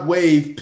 Wave